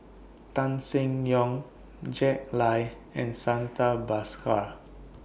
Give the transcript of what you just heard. Tan Seng Yong Jack Lai and Santha Bhaskar